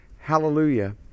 hallelujah